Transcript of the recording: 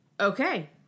okay